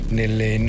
nelle